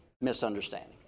misunderstanding